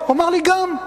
הוא אמר לי: גם.